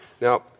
Now